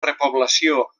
repoblació